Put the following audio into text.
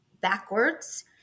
backwards